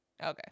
Okay